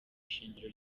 ishingiro